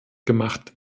gemacht